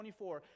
24